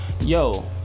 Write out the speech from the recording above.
yo